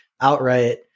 outright